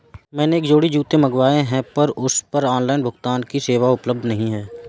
मैंने एक जोड़ी जूते मँगवाये हैं पर उस पर ऑनलाइन भुगतान की सेवा उपलब्ध नहीं है